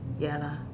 ya lah